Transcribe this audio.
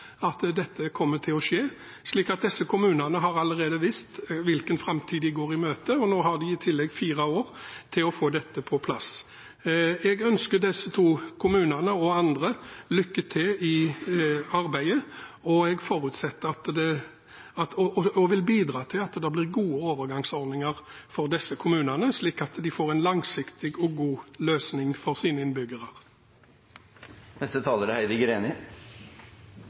dette kommer til å skje – og disse kommunene har allerede visst hvilken framtid de går i møte, og nå har de i tillegg fire år til å få dette på plass. Jeg ønsker disse to kommunene og andre lykke til i arbeidet og vil bidra til at det blir gode overgangsordninger for disse kommunene, slik at de får en langsiktig og god løsning for sine